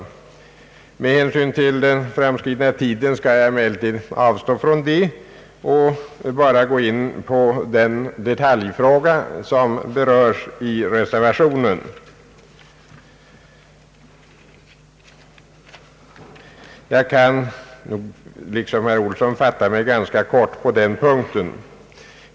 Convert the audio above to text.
Med hänsyn till den framskridna tiden skall jag emellertid avstå från detta och bara gå in på den detaljfråga som berörts i reservationen. Jag kan liksom herr Ebbe Ohlsson fatta mig ganska kort på den punkten.